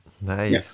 Nice